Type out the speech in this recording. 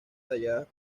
talladas